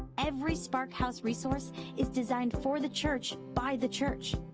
every sparkhouse resource is designed for the church, by the church.